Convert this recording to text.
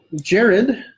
Jared